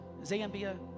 Zambia